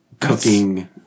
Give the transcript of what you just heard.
cooking